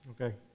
Okay